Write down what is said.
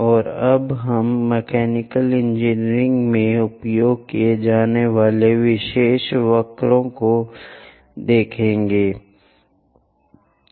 और अब हम मैकेनिकल इंजीनियरिंग में उपयोग किए जाने वाले विशेष घटता को देखने जा रहे हैं